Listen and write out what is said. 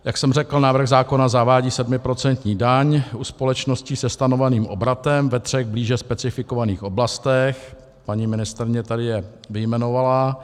Jak jsem řekl, návrh zákona zavádí 7% daň u společností se stanoveným obratem ve třech blíže specifikovaných oblastech paní ministryně je tady vyjmenovala.